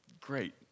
Great